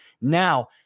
Now